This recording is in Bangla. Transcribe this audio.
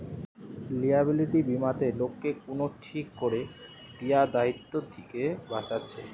লিয়াবিলিটি বীমাতে লোককে কুনো ঠিক কোরে দিয়া দায়িত্ব থিকে বাঁচাচ্ছে